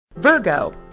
Virgo